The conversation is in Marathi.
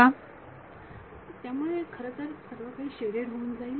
विद्यार्थी त्यामुळे खरंतर सर्वकाही शेडेड होऊन जाईल